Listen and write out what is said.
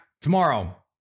tomorrow